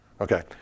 okay